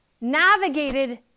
navigated